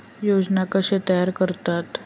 योजना कशे तयार करतात?